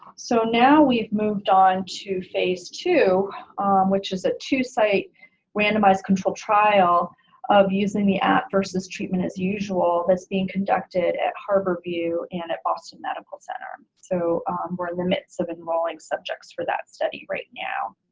so now we've moved on to phase two which is a two site randomized control trial of using the app versus treatment as usual. that's being conducted at harborview and at boston medical center. so we're in the midst of enrolling subjects for that study right now,